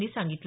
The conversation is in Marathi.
यांनी सांगितलं